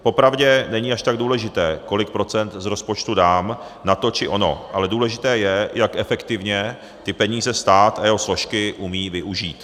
Popravdě není až tak důležité, kolik procent z rozpočtu dám na to či ono, ale důležité je, jak efektivně ty peníze stát a jeho složky umí využít.